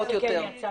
ורחבות יותר.